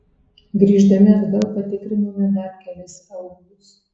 grįždami atgal patikrinome dar kelis aūlus